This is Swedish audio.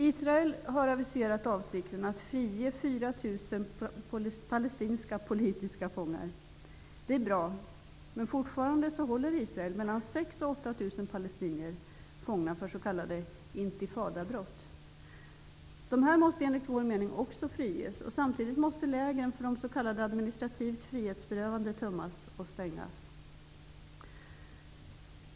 Israel har aviserat avsikten att frige 4 000 palestinska politiska fångar. Det är bra. Men fortfarande håller Israel mellan 6 000 och 8 000 palestinier fångna för s.k. intifadabrott. Dessa fångar måste enligt vår mening också friges. Samtidigt måste lägren för de s.k. administrativt frihetsberövade tömmas och stängas.